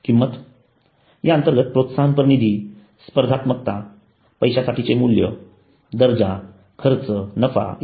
किंमत या अंतर्गत प्रोत्साहनपर निधी स्पर्धात्मकता पैशासाठीचे मूल्य दर्जा खर्च नफा इ